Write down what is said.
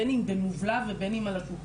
בין אם מובלע ובין אם על השולחן.